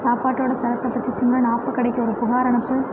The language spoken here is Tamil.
சாப்பாட்டோடய தரத்தை பற்றி சிம்ரன் ஆப்ப கடைக்கு ஒரு புகார் அனுப்பு